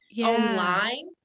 online